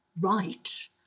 right